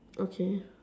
okay